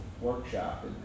workshop